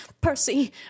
Percy